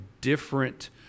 different